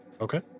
Okay